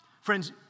Friends